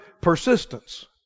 persistence